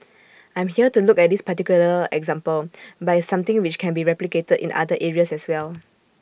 I'm here to look at this particular example but it's something which can be replicated in other areas as well